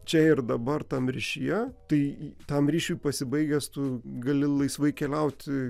čia ir dabar tam ryšyje tai tam ryšiui pasibaigęs tu gali laisvai keliauti